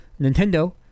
Nintendo